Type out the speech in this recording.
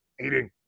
eating